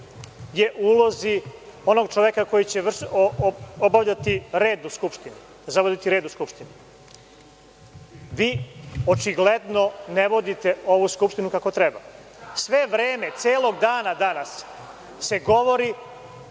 je u ulozi onog čoveka koji će obavljati, voditi red u Skupštini. Vi očigledno ne vodite ovu Skupštinu kako treba. Sve vreme, celog dana danas se govori